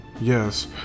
Yes